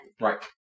Right